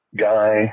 guy